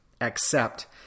accept